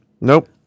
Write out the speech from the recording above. Nope